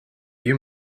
you